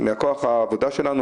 מבחינת העוזרים שלנו?